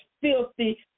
filthy